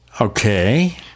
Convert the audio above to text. Okay